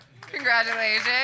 Congratulations